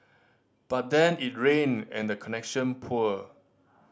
but then it rained and the connection poor